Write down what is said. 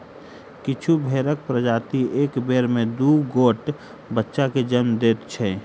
किछु भेंड़क प्रजाति एक बेर मे दू गोट बच्चा के जन्म दैत छै